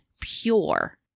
pure